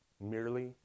Merely